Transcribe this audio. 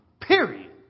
period